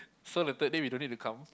so the third day we don't need to come